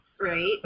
Right